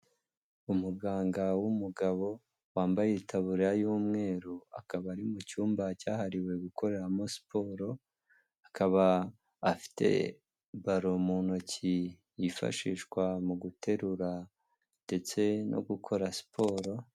Umuganga w'umugabo wambaye itaburiya y'umweru akaba ari mu cyumba cyahariwe gukoreramo siporo, akaba afite baro mu ntoki yifashishwa mu guterura ndetse no gukora siporo.